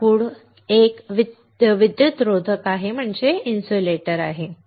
लाकूड एक विद्युतरोधक आहे